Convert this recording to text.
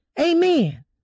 Amen